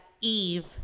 Eve